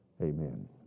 amen